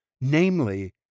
namely